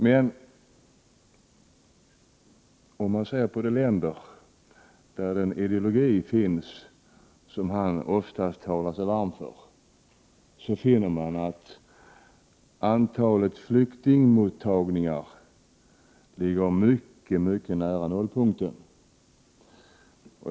Men om man ser på de länder där den ideologi utövas som Alexander Chrisopoulos ofta talar sig varm för, finner man att antalet flyktingmottagningar ligger mycket nära nollpunkten.